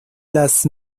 las